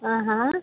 ఆహా